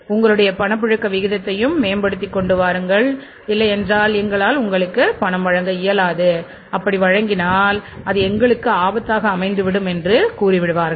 உங்களுடைய பணப்புழக்கம் விகிதத்தையும் மேம்படுத்திக் கொண்டு வாருங்கள் இல்லை என்றால் எங்களால் உங்களுக்கு பணம் வழங்க இயலாது அப்படி வழங்கினால் அது எங்களுக்கு ஆபத்தாக அமைந்துவிடும் என்று கூறுவார்கள்